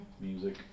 Music